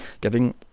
giving